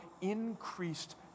increased